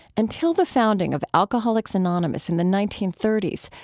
until the founding of alcoholics anonymous in the nineteen thirty s,